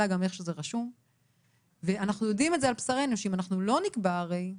אנחנו יודעים על בשרנו שאם אנחנו לא נקבע מנגנון,